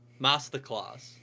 Masterclass